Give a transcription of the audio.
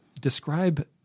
Describe